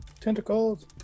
tentacles